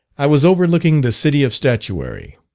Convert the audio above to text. i was overlooking the city of statuary.